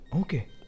okay